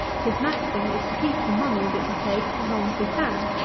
his maxim is to keep the money that he takes as long as he can.